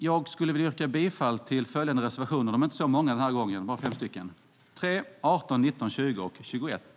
Jag vill yrka bifall till följande reservationer - de är inte så många den här gången, bara fem: 3, 18, 19, 20 och 21.